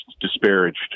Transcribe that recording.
disparaged